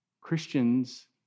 Christians